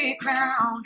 crown